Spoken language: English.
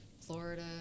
Florida